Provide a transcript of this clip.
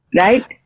Right